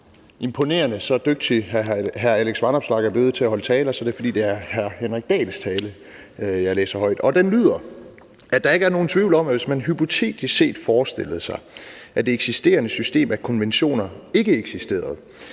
imponerende, så dygtig hr. Alex Vanopslagh er blevet til at holde taler, er det, fordi det er hr. Henrik Dahls tale, jeg læser højt. Den lyder, at der ikke er nogen tvivl om, at hvis man hypotetisk set forestillede sig, at det eksisterende system af konventioner ikke eksisterede,